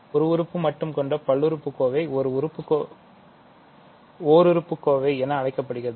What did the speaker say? ஒரு உறுப்பு மட்டும் கொண்ட பல்லுறுப்புக்கோவை ஓர் உறுப்பு கோவை என்று அழைக்கப்படுகிறது